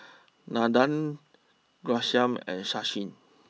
Nandan Ghanshyam and Sachin